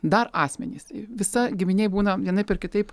dar asmenys visa giminė būna vienaip ar kitaip